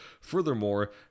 Furthermore